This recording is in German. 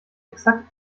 exakt